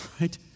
right